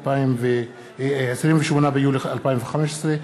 28 ביולי 2015,